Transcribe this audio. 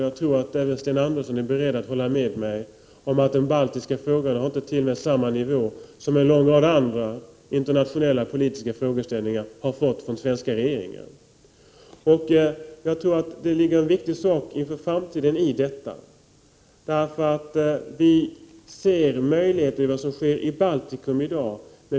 Jag tror att Sten Andersson är beredd att hålla med mig om att den baltiska frågan inte har nått på samma nivå som en lång rad andra internationella frågeställningar har gjort hos den svenska regeringen. Jag tror att det ligger något viktigt i detta inför framtiden. Vi ser möjligheter i vad som sker i Baltikum i dag.